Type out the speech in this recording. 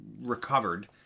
recovered